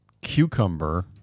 cucumber